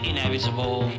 inevitable